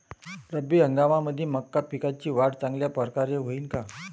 रब्बी हंगामामंदी मका पिकाची वाढ चांगल्या परकारे होईन का?